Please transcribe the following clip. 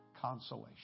consolation